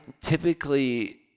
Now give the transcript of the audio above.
typically –